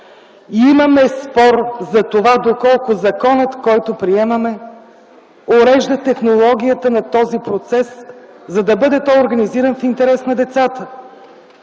Имаме спор за това доколко законът, който приемаме, урежда технологията на този процес, за да бъде той организиран в интерес на децата.